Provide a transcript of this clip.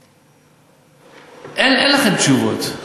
אין, אין לכם תשובות.